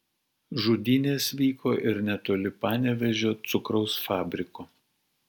žudynės vyko ir netoli panevėžio cukraus fabriko